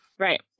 Right